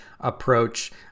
approach